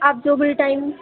आप जो भी टाइम